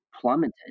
plummeted